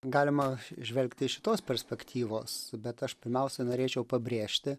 galima žvelgti iš šitos perspektyvos bet aš pirmiausia norėčiau pabrėžti